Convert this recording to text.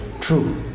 true